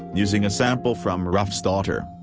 using a sample from ruff's daughter,